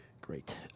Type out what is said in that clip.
great